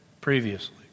previously